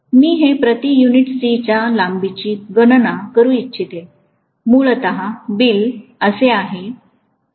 मी हे प्रति unit C च्या लांबीची गणना करू इच्छितो मूलतः बिल असेल